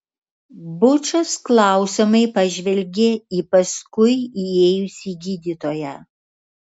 bučas klausiamai pažvelgė į paskui įėjusį gydytoją